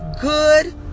good